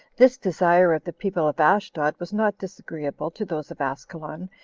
this desire of the people of ashdod was not disagreeable to those of askelon,